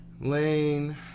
lane